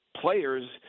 players